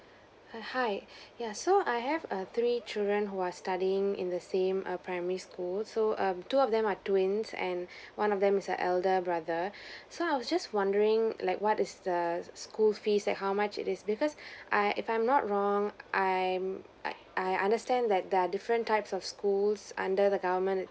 err hi yeah so I have err three children who are studying in the same um primary school so um two of them are twins and one of them is a elder brother so I was just wondering like what is the school fees and how much it is because I if I'm not wrong I'm I I understand that there are different types of schools under the government